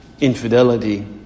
infidelity